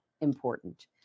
important